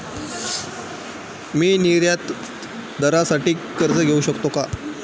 मी निर्यातदारासाठी कर्ज घेऊ शकतो का?